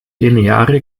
lineare